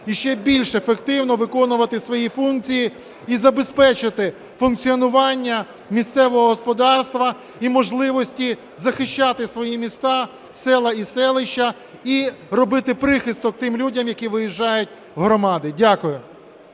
ще більш ефективно виконувати свої функції і забезпечити функціонування місцевого господарства і можливості захищати свої міста, села і селища, і робити прихисток тим людям, які виїжджають в громади. Дякую.